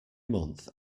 month